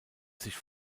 sich